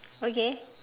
okay